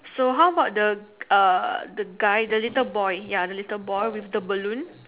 so how about the uh the guy the little boy ya the little boy with the balloon